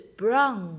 brown